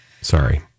Sorry